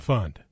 Fund